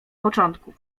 początku